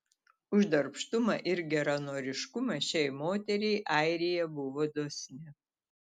už darbštumą ir geranoriškumą šiai moteriai airija buvo dosni